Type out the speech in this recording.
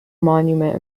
monument